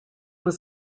was